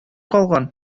калган